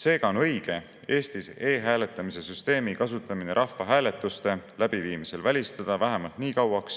Seega on õige Eestis e‑hääletamise süsteemi kasutamine rahvahääletuste läbiviimisel välistada vähemalt nii kauaks,